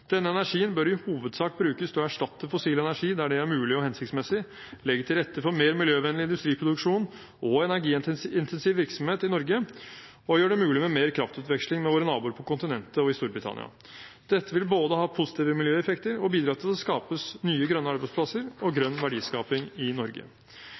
Denne energien bør i hovedsak brukes til å erstatte fossil energi der det er mulig og hensiktsmessig, legge til rette for mer miljøvennlig industriproduksjon og energiintensiv virksomhet i Norge og gjøre det mulig med mer kraftutveksling med våre naboer på kontinentet og i Storbritannia. Dette vil ha både positive miljøeffekter og bidra til at det skapes nye grønne arbeidsplasser og grønn verdiskaping i Norge.